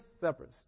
separate